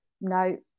no